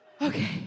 Okay